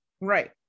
Right